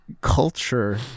culture